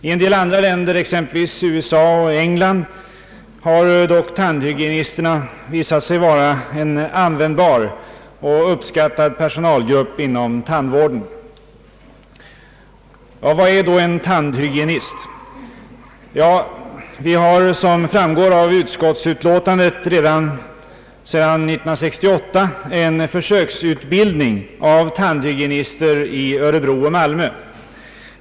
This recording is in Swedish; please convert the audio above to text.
I en del andra länder — ex empelvis USA och England — har dock tandhygienisterna visat sig vara en användbar och uppskattad personalgrupp inom tandvården. Vad är då en tandhygienist? Ja, vi har som framgår av utskottsutlåtandet sedan år 1968 en försöksutbildning av tandhygienister i Örebro och Malmö.